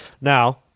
Now